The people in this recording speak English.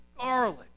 garlic